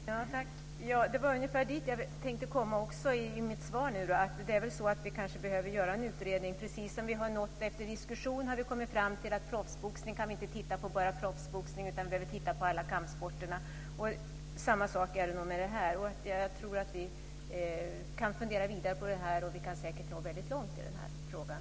Herr talman! Det var ungefär dit jag också tänkte komma i mitt svar nu. Det är kanske så att vi behöver ha en utredning. Det är precis som att vi efter en diskussion har kommit fram till att vi i fråga om proffsboxning inte bara kan titta på proffsboxning utan behöver titta på alla kampsporter. Samma sak är det nog med det här. Jag tror att vi kan fundera vidare på det här, och vi kan säkert nå väldigt långt i den här frågan.